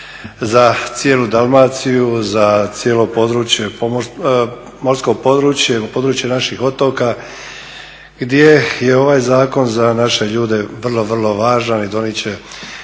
za cijelu Dalmaciju, za cijelo morsko područje ili područje naših otoka gdje je ovaj zakon za naše ljude vrlo, vrlo važan i donijet